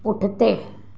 पुठिते